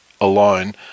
alone